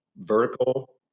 vertical